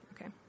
Okay